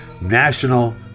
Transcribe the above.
National